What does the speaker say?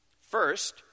First